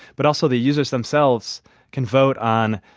but also the users themselves can vote on,